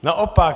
Naopak.